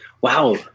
wow